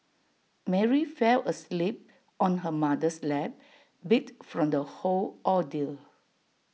Mary fell asleep on her mother's lap beat from the whole ordeal